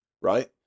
right